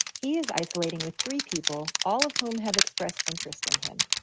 he is isolating with three people, all of whom have expressed interest in him.